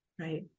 Right